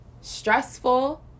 stressful